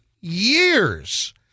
years